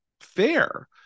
fair